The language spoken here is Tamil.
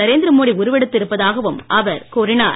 நரேந்திர மோடி உருவெடுத்து இருப்பதாகவும் அவர் கூறினார்